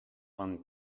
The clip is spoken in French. vingt